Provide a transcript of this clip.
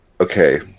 Okay